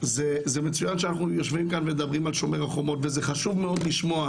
זה מצויין שאנחנו יושבים כאן ומדברים על שומר החומות וזה חשוב מאוד לשמוע